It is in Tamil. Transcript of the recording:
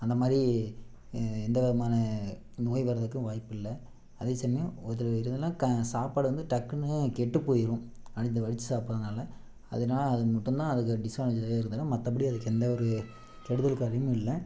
அந்த மாதிரி எந்த விதமான நோய் வரதுக்கும் வாய்ப்பில்லை அதே சமயம் க சாப்பாடு வந்து டக்குன்னு கெட்டு போயிடும் அது இதை வடித்து சாப்புட்றதுனால அதனால அது மட்டும் தான் அதுக்கு டிஸ்அட்வான்டேஜ் மற்றபடி அதுக்கு எந்த ஒரு கெடுதலுக்கு அதிகமும் இல்லை